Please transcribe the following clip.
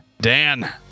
Dan